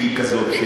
שהיא כזאת,